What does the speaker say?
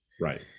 Right